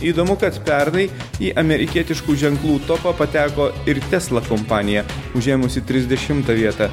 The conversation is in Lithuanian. įdomu kad pernai į amerikietiškų ženklų topą pateko ir tesla kompanija užėmusi trisdešimtą vietą